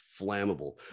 flammable